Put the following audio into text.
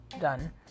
done